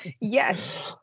yes